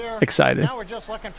excited